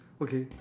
okay